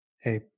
Hey